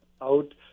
out